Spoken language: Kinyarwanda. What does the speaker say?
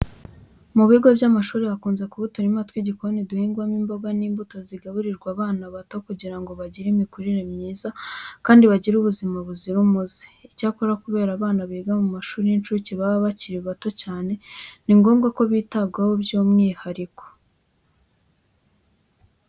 Mu bigo by'amashuri hakunze kuba uturima tw'igikoni duhingwamo imboga n'imbuto zigaburirwa abana bato kugira ngo bagire imikurire myiza kandi bagire ubuzima buzira umuze. Icyakora kubera ko abana biga mu mashuri y'incuke baba bakiri bato cyane ni ngombwa ko bitabwaho by'umwihariko.